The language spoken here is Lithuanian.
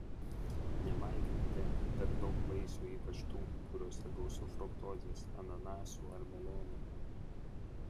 nevalgykite per daug vaisių ypač tų kuriuose gausu fruktozės ananasų ar melionų